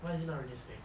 why is it not realistic